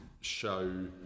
show